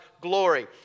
glory